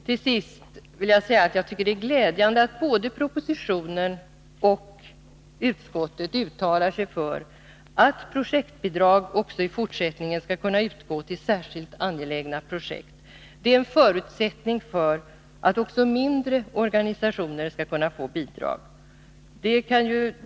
Till sist vill jag säga att jag tycker det är glädjande att både propositionen och utskottet uttalar sig för att projektbidrag också i fortsättningen skall kunna utgå till särskilt angelägna projekt. Det är en förutsättning för att också mindre organisationer skall kunna få bidrag.